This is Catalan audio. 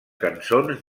cançons